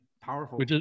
Powerful